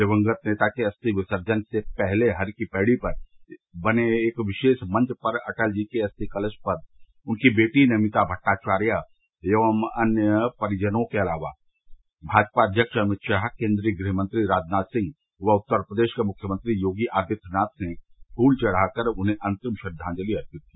दिवंगत नेता के अस्थि विर्सजन से पहले हर की पैड़ी पर बने एक विशेष मंच पर अटल जी के अर्थि कलश पर उनकी बेटी नमिता भट्टाचार्या एवं अन्य परिजनों के अलावा भाजपा अध्यक्ष अभित शाह केन्द्रीय गृह मंत्री राजनाथ सिंह व उत्तर प्रदेश के मुख्यमंत्री योगी आदित्य ने फूल चढ़ाकर उन्हें अन्तिम श्रद्वांजलि अर्पित की